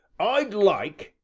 i'd like,